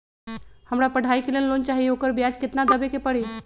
हमरा पढ़ाई के लेल लोन चाहि, ओकर ब्याज केतना दबे के परी?